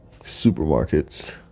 Supermarkets